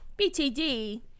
BTD